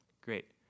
Great